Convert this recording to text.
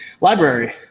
Library